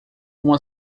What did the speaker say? uma